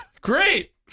Great